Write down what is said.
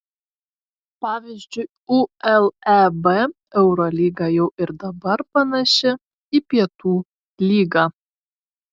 pavyzdžiui uleb eurolyga jau ir dabar panaši į pietų lygą